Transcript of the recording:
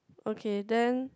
okay then